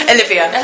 Olivia